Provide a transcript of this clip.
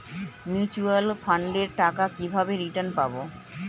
Mutual ফান্ডের টাকা কিভাবে রিটার্ন পাব?